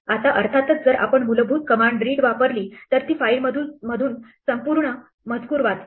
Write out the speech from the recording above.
आताअर्थातच जर आपण मूलभूत कमांड read वापरली तर ती फाईल मधील संपूर्ण मजकूर वाचते